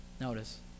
Notice